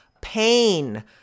pain